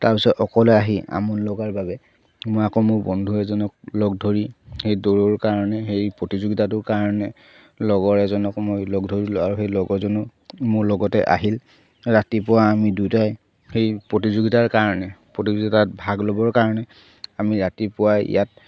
তাৰপিছত অকলে আহি আমনি লগাৰ বাবে মই আকৌ মোৰ বন্ধু এজনক লগ ধৰি সেই দৌৰৰ কাৰণে সেই প্ৰতিযোগিতাটোৰ কাৰণে লগৰ এজনক মই লগ ধৰিলোঁ আৰু সেই লগৰজনো মোৰ লগতে আহিল ৰাতিপুৱা আমি দুটাই সেই প্ৰতিযোগিতাৰ কাৰণে প্ৰতিযোগিতাত ভাগ ল'বৰ কাৰণে আমি ৰাতিপুৱাই ইয়াত